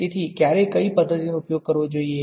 તેથી ક્યારે કઈ પદ્ધતિનો ઉપયોગ કરવો જોઈએ